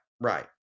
Right